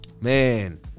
Man